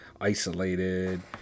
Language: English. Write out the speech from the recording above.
isolated